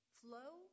flow